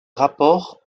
rapport